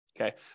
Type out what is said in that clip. Okay